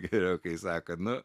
geriau kai sako nu